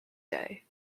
day